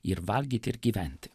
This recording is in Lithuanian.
ir valgyt ir gyventi